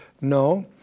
No